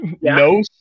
No